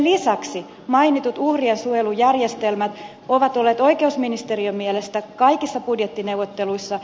lisäksi mainitut uhrien suojelujärjestelmät ovat olleet oikeusministeriön mielestä kaikissa budjettineuvotteluissa